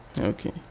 Okay